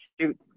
Shoot